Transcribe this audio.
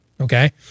Okay